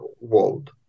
world